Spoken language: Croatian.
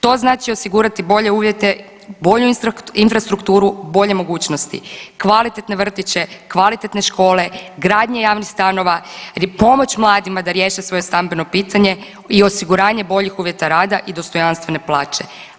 To znači osigurati bolje uvjete, bolju infrastrukturu, bolje mogućnosti, kvalitetne vrtiće, kvalitetne škole, gradnje javnih stanova, pomoć mladima da riješe svoje stambeno pitanje i osiguranje boljih uvjeta rada i dostojanstvene plaće.